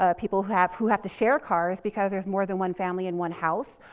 ah people who have, who have to share cars, because there's more than one family in one house.